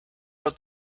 are